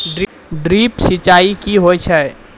Drip सिंचाई कि होय छै?